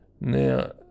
Now